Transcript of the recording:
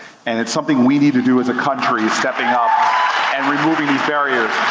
and it's something we need to do as a country stepping up and removing these barriers.